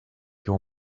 your